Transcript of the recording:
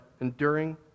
enduring